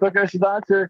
tokioj situacijoj